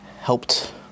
helped